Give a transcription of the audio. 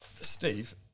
Steve